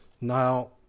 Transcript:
Now